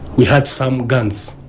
we had some guns,